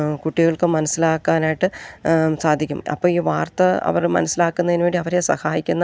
കുട്ടികൾക്കും മനസ്സിലാക്കാനായിട്ട് സാധിക്കും അപ്പം ഈ വാർത്ത അവർ മനസ്സിലാക്കുന്നതിനു വേണ്ടി അവരെ സഹായിക്കുന്ന